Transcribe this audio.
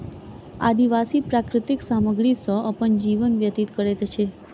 आदिवासी प्राकृतिक सामग्री सॅ अपन जीवन व्यतीत करैत अछि